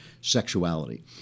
sexuality